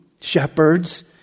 shepherds